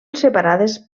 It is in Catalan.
separades